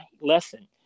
lesson